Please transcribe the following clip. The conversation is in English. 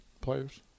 players